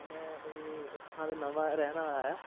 ਮੈਂ ਇਹ ਇਸ ਥਾਂ 'ਤੇ ਨਵਾਂ ਰਹਿਣ ਆਇਆ